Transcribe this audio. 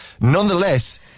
Nonetheless